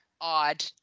odd